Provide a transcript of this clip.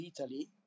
Italy